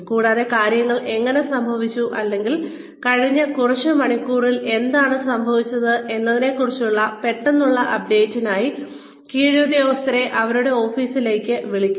കൂടാതെ കാര്യങ്ങൾ എങ്ങനെ സംഭവിച്ചു അല്ലെങ്കിൽ കഴിഞ്ഞ കുറച്ച് മണിക്കൂറുകളിൽ എന്താണ് സംഭവിച്ചത് എന്നതിനെക്കുറിച്ചുള്ള പെട്ടെന്നുള്ള അപ്ഡേറ്റിനായി കീഴുദ്യോഗസ്ഥരെ അവരുടെ ഓഫീസിലേക്ക് വിളിക്കും